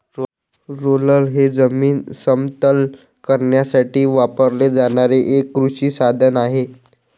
roller हे जमीन समतल करण्यासाठी वापरले जाणारे एक कृषी साधन आहे